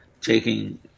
taking